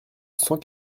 cent